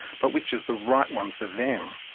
but which is the right one for them?